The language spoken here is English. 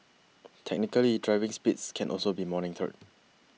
technically driving speeds can also be monitored